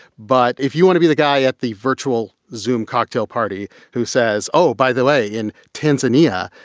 but if you want to be the guy at the virtual zoom cocktail party who says, oh, by the way, in tanzania,